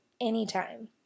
anytime